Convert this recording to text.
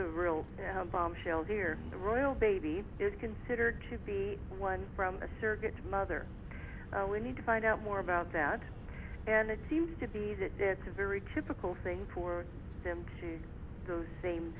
a real bombshell here in the royal baby is considered to be one from a surrogate mother we need to find out more about that and it seems to be that it's a very typical thing for them to those same